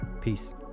Peace